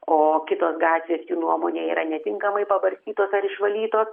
o kitos gatvės jų nuomone yra netinkamai pabarstytos ar išvalytos